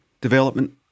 development